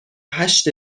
هشت